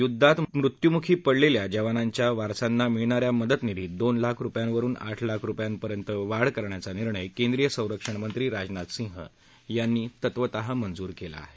युद्वात मृत्यूमुखी पडलेल्या जवानांच्या वारसांना मिळणा या मदतनिधीत दोन लाख रुपयांवरुन आठ लाख रुपयांपर्यंत वाढ करायला केंद्रीय संरक्षण मंत्री राजनाथ सिंग यांनी तत्वतःमंजूरी दिली आहे